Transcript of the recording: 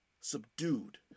subdued